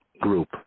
group